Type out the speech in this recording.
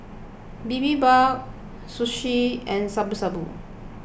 Bibimbap Zosui and Shabu Shabu